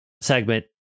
segment